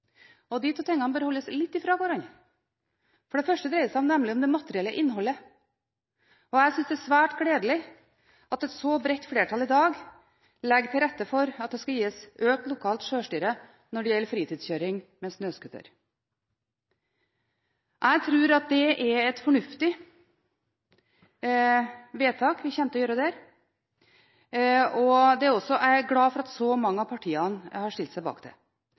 den. De to tingene bør holdes litt fra hverandre, for det første dreier seg nemlig om det materielle innholdet. Jeg syns det er svært gledelig at et så bredt flertall i dag legger til rette for at det skal gis økt lokalt sjølstyre når det gjelder fritidskjøring med snøscooter. Jeg tror at det er et fornuftig vedtak vi kommer til å gjøre, og jeg er glad for at så mange av partiene har stilt seg bak det.